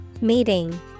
Meeting